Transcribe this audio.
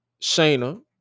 Shayna